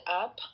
up